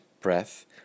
breath